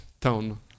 town